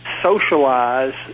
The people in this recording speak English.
socialize